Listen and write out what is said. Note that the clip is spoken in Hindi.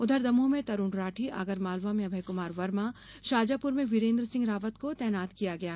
उधर दमोह में तरूण राठी आगरमालवा में अभय कुमार वर्मा शाजापुर में वीरेन्द्र सिंह रावत को तैनात किया गया है